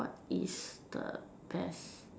what is the best